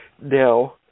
Now